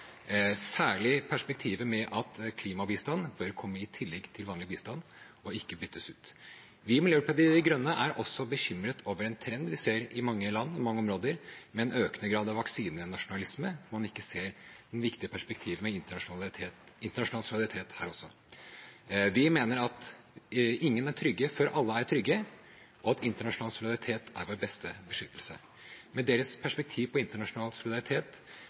særlig perspektivet med at klimabistand bør komme i tillegg til vanlig bistand, og ikke byttes ut. Vi i Miljøpartiet De Grønne er også bekymret over en trend vi ser i mange land og mange områder, med en økende grad av vaksinenasjonalisme, hvor man ikke ser det viktige perspektivet med internasjonal solidaritet også her. Vi mener at ingen er trygge før alle er trygge, og at internasjonal solidaritet er vår beste beskyttelse. Med Kristelig Folkepartis perspektiv på internasjonal solidaritet,